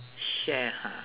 share ha